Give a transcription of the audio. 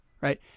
right